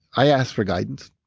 i ask for guidance.